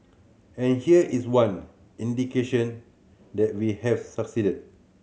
and here is one indication that we have succeeded